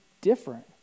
different